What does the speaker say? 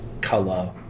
color